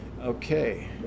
Okay